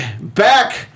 back